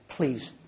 please